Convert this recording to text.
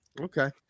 Okay